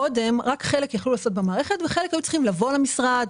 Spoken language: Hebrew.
קודם רק חלק יכול היה לעשות במערכת וחלק היו צריכים לבוא למשרד,